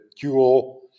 dual